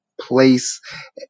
place